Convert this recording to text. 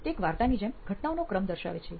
તે એક વાર્તાની જેમ ઘટનાઓનો ક્રમ દર્શાવે છે